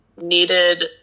needed